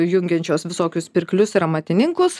jungiančios visokius pirklius ir amatininkus